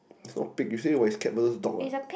is not pig is a Capless dog what